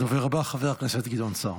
הדובר הבא, חבר הכנסת גדעון סער.